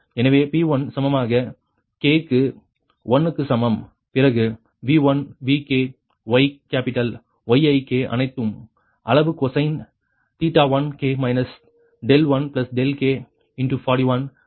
எனவே P1 சமமாக k க்கு 1 க்கு சமம் பிறகு V1 Vk Y capital Y1k அனைத்தும் அளவு cosineθ1k 1k 41 இது P1 இதேபோல் Q1 இந்த வெளிப்பாடு சரியா